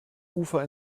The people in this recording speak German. ufer